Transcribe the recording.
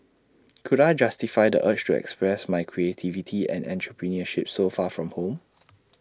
could I justify the urge to express my creativity and entrepreneurship so far from home